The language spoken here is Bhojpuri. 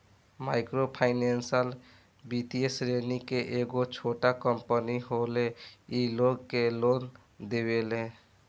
माइक्रो फाइनेंस वित्तीय श्रेणी के एगो छोट कम्पनी होले इ लोग के लोन देवेले